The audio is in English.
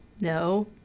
No